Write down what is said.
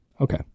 Okay